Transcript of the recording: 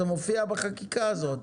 זה מופיע החקיקה הזאת.